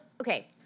Okay